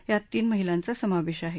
यात तीन महिलांचा समावेश आहे